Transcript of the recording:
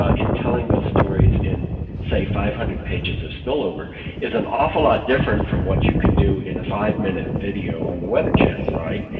ah in telling those stories in five hundred pages of spillover is an awful lot different from what you could do in a five minute video on the weather channel right?